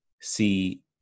see